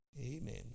amen